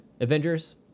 Avengers